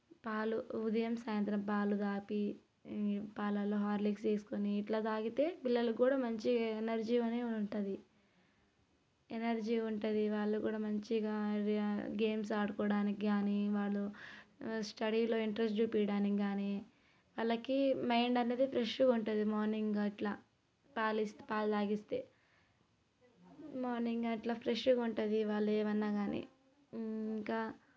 పాలు ఉదయం సాయంత్రం పాలు తాగి పాలలో హార్లిక్స్ వేసుకొని ఇట్లా తాగితే పిల్లలు కూడా మంచిగా ఎనర్జీ అనేది ఉంటుంది ఎనర్జీ ఉంటుంది వాళ్ళు కూడా మంచిగా గేమ్స్ ఆడుకోవడానికి కాని వాళ్ళు స్టడీలో ఇంట్రెస్ట్ చూపీయడానికి కాని వాళ్ళకి మైండ్ అనేది ఫ్రెష్గా ఉంటుంది మార్నింగ్ అట్లా పాలు ఇస్తే పాలు తాగిస్తే మార్నింగ్ అట్లా ఫ్రెష్గా ఉంటుంది వాళ్ళు ఏమన్నా కానీ ఇంకా